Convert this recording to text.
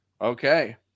okay